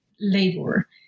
labor